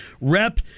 rep